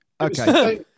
Okay